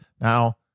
Now